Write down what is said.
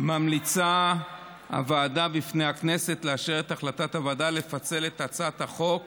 ממליצה הוועדה בפני הכנסת לאשר את החלטת הוועדה לפצל את הצעת החוק